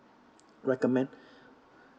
recommend